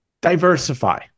diversify